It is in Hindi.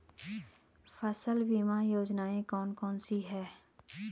फसल बीमा योजनाएँ कौन कौनसी हैं?